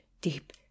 deep